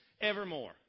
evermore